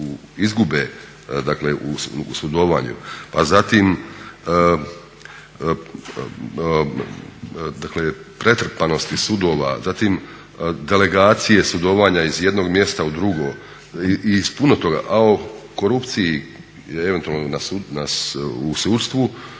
dakle u sudovanju. Pa zatim dakle pretrpanosti sudova, zatim delegacije sudovanja iz jednog mjesta u drugo i iz puno toga. A o korupciji i eventualno u sudstvu